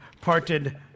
parted